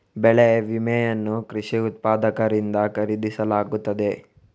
ಬೆಳೆ ವಿಮೆಯನ್ನು ಕೃಷಿ ಉತ್ಪಾದಕರಿಂದ ಖರೀದಿಸಲಾಗುತ್ತದೆ